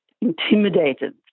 intimidated